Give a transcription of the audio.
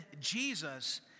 Jesus